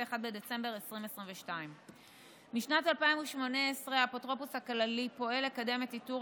31 בדצמבר 2022. משנת 2018 האפוטרופוס הכללי פועל לקדם את איתור